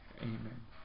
Amen